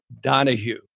Donahue